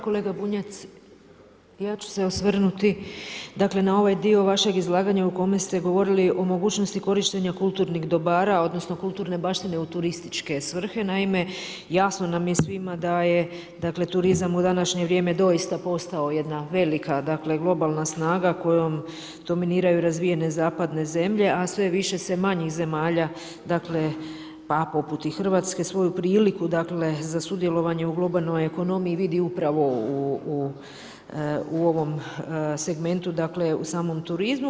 Kolega Bunjac ja ću se osvrnuti na ovaj dio vašeg izlaganja u kome ste govorili o mogućnosti korištenja kulturnih dobara, odnosno kulturne baštine u turističke svrhe, naime, jasno nam je svima da je turizam u današnje vrijeme doista postao jedna velika, globalna snaga kojom dominiraju razvijene zapadne zemlje, a sve više se manjih zemalja, pa poput i Hrvatske, svoju priliku za sudjelovanje u globalnoj ekonomiji vidi upravo u ovom segmentu, dakle, u samom turizmu.